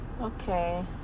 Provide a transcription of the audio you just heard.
Okay